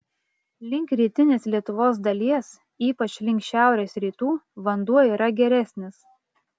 link rytinės lietuvos dalies ypač link šiaurės rytų vanduo yra geresnis